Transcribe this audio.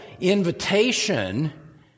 invitation